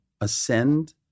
ascend